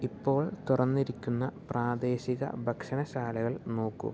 ഇപ്പോൾ തുറന്നിരിക്കുന്ന പ്രാദേശിക ഭക്ഷണശാലകൾ നോക്കൂ